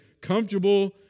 comfortable